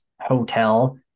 hotel